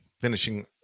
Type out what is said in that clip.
finishing